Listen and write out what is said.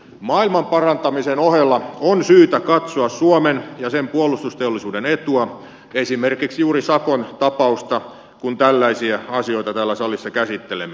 maailman parantamisen ohella on syytä katsoa suomen ja sen puolustusteollisuuden etua esimerkiksi juuri sakon tapausta kun tällaisia asioita täällä salissa käsittelemme